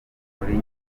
muri